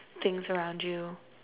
things around you